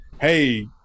hey